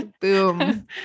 Boom